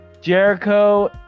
Jericho